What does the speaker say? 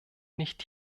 nicht